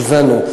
השווינו.